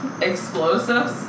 Explosives